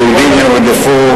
היהודים נרדפו,